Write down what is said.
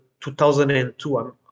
2002